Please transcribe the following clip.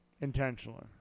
intentionally